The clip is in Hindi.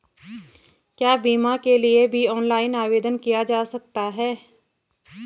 क्या बीमा के लिए भी ऑनलाइन आवेदन किया जा सकता है?